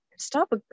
stop